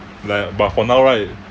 like but for now right